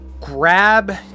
grab